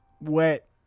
wet